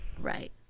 right